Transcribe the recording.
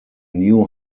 new